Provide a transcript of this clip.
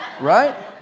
right